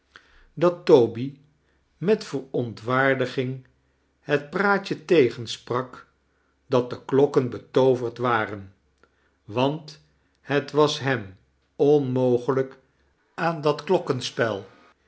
dat toby met verontwaardiging het ji-aatje tegensprak dat de klokken betooverd waren want het was hem onmogelijk aan dat